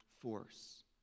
force